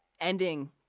ending